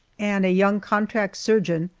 and a young contract surgeon,